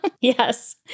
Yes